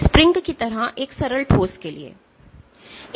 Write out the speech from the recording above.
spring की तरह एक सरल ठोस के लिए